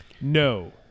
No